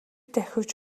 давхиж